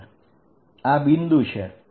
આપણે આને ઓરિજીન તરીકે લઈ રહયા છીએ